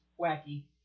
wacky